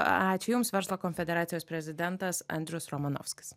ačiū jums verslo konfederacijos prezidentas andrius romanovskis